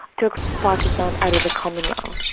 took pakistan out of the commonwealth.